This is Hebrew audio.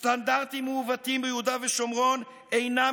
סטנדרטים מעוותים ביהודה ושומרון אינם